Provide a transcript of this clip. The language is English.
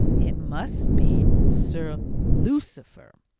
it must be sir lucifer.